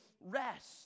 rest